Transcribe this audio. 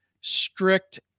strict